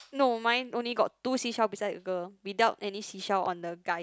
no mine only got two seashell beside the girl without any seashell on the guy